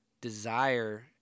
desire